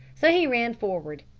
so he ran forward.